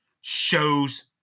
shows